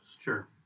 Sure